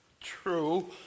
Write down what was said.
true